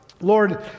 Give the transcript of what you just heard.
Lord